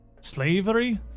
slavery